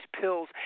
pills